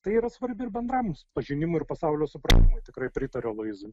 tai yra svarbi ir bendram pažinimui ir pasaulio supratimui tikrai pritariu aloyzui